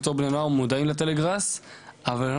בתור בני נוער מודעים לטלגראס אבל לא